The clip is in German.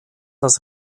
das